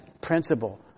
principle